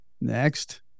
Next